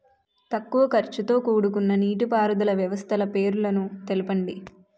తక్కువ ఖర్చుతో కూడుకున్న నీటిపారుదల వ్యవస్థల పేర్లను తెలపండి?